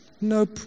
Nope